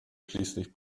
schließlich